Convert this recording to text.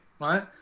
right